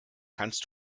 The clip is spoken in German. kannst